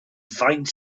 faint